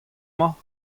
mañ